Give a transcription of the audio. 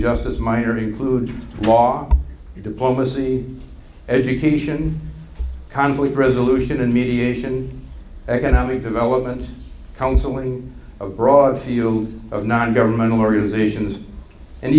as minor includes law diplomacy education conflict resolution and mediation economic development counseling a broad field of non governmental organizations and